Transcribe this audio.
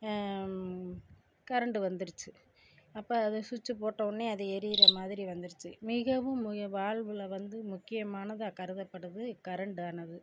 current வந்திருச்சி அப்போ அது சுச்சி போட்டவுடனே அது எரிகிற மாதிரி வந்துடிச்சு மிகவும் மு வாழ்வில் வந்து முக்கியமானதாக கருதப்படுது கரண்ட்டானது